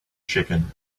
chicken